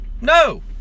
No